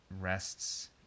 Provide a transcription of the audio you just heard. rests